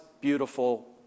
beautiful